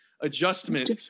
Adjustment